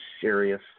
serious